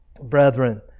brethren